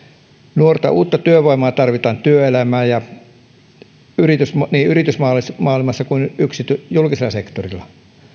nuorta uutta työvoimaa tarvitaan työelämään niin yritysmaailmassa kuin julkisella sektorilla